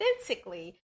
authentically